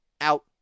out